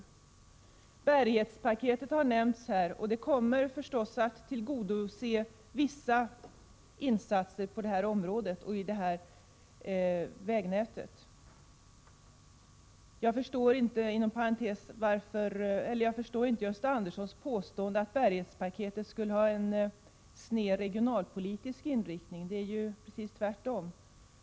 Det s.k. bärighetspaketet, som har nämnts här, kommer förstås att ge möjligheter till vissa insatser för detta vägnät. Jag förstår inte Gösta Anderssons påstående att bärighetspaketet skulle ha en sned regionalpolitisk inriktning. Det är precis tvärtom.